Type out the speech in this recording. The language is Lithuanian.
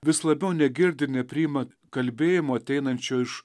vis labiau negirdi ir nepriima kalbėjimo ateinančio iš